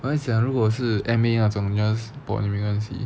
我在想如果是 M_A 那种你 just pon 没关系